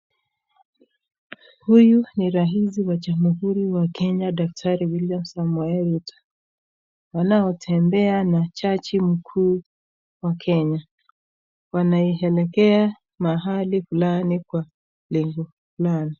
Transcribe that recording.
Huyu ni rais wa jamhuri wa Kenya daktari Wiliam Samoei Ruto, wanaotembea na jaji mkuu wa Kenya. Wanaelekea mahali fulani kwa lengo fulani.